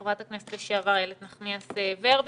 חברת הכנסת לשעבר איילת נחמיאס ורבין.